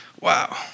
Wow